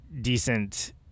decent